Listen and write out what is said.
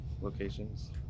locations